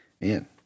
man